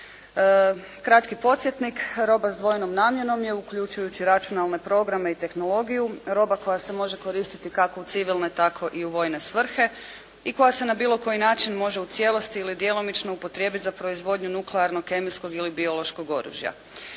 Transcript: Kratki podsjetnik, roba s dvojnom namjenom je, uključujući računalne programe i tehnologiju roba koja se može koristiti, kako u civilne, tako i u vojne svrhe i koja se na bilo koji način može u cijelosti ili djelomično upotrijebiti za proizvodnju nuklearnog, kemijskog ili biološkog oružja.